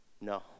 No